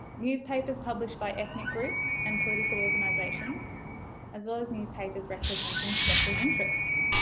newspapers published by ethnic groups and political organizations as well as newspapers representing special interests.